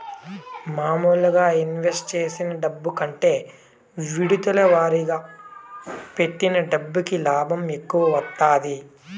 మాములుగా ఇన్వెస్ట్ చేసిన డబ్బు కంటే విడతల వారీగా పెట్టిన డబ్బుకి లాభం ఎక్కువ వత్తాది